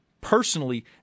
personally